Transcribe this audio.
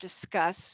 discuss